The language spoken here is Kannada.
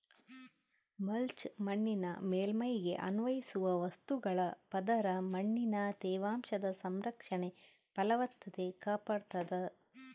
ಮಲ್ಚ್ ಮಣ್ಣಿನ ಮೇಲ್ಮೈಗೆ ಅನ್ವಯಿಸುವ ವಸ್ತುಗಳ ಪದರ ಮಣ್ಣಿನ ತೇವಾಂಶದ ಸಂರಕ್ಷಣೆ ಫಲವತ್ತತೆ ಕಾಪಾಡ್ತಾದ